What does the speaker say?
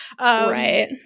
Right